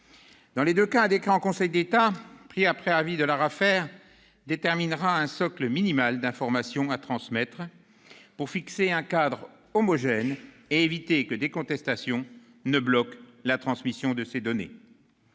Dans les deux cas, un décret en Conseil d'État, pris après avis de l'ARAFER, déterminera un socle minimal d'informations à transmettre pour fixer un cadre homogène et éviter que des contestations ne bloquent la transmission de ces données.